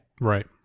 Right